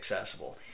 accessible